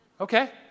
Okay